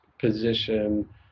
position